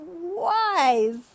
wise